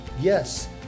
yes